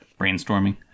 brainstorming